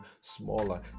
smaller